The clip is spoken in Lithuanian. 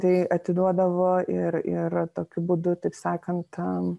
tai atiduodavo ir ir tokiu būdu taip sakant tam